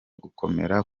gukomera